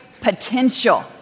potential